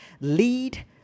Lead